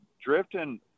Drifting